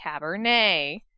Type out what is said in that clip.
Cabernet